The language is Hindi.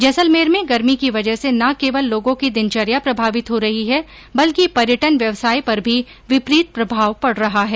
जैसलमेर में गर्मी की वजह से न केवल लोगों की दिनचर्या प्रभावित हो रही है बल्कि पर्यटन व्यवसाय पर भी विपरीत प्रभाव पड़ रहा है